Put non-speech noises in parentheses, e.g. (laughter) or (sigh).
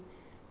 (breath)